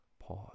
pause